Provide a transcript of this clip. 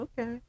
Okay